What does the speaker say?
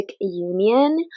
union